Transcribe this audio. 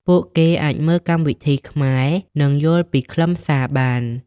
ពួកគេអាចមើលកម្មវិធីខ្មែរនិងយល់ពីខ្លឹមសារបាន។